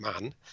Man